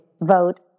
vote